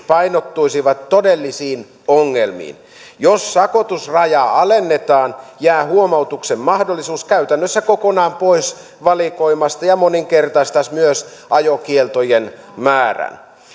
painottuisivat todellisiin ongelmiin jos sakotusrajaa alennetaan jää huomautuksen mahdollisuus käytännössä kokonaan pois valikoimasta ja se moninkertaistaisi myös ajokieltojen määrän